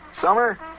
summer